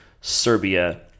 Serbia